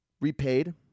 repaid